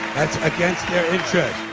that's against their interest.